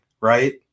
right